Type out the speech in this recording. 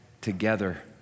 together